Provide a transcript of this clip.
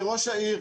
כראש העיר,